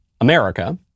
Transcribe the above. America